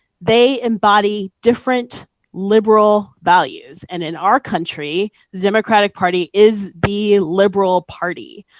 they embody different liberal values, and in our country, the democratic party is the liberal party.